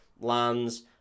lands